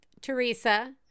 Teresa